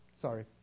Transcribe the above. sorry